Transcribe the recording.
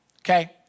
okay